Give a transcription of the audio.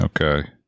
okay